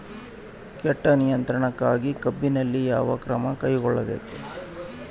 ಕೇಟ ನಿಯಂತ್ರಣಕ್ಕಾಗಿ ಕಬ್ಬಿನಲ್ಲಿ ಯಾವ ಕ್ರಮ ಕೈಗೊಳ್ಳಬೇಕು?